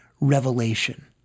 revelation